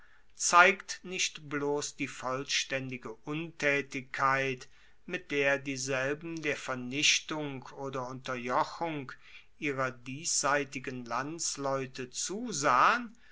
zeigt nicht bloss die vollstaendige untaetigkeit mit der dieselben der vernichtung oder unterjochung ihrer diesseitigen landsleute zusahen